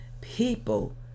People